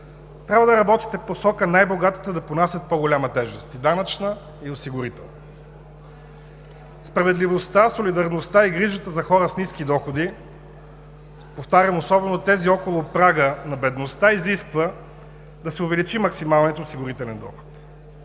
трябва да работите в посока най-богатите да понасят по-голяма тежест – и данъчна, и осигурителна. Справедливостта, солидарността и грижата за хората с ниски доходи, повтарям, особено тези около прага на бедността, изисква да се увеличи максималният осигурителен доход.